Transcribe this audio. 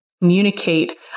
communicate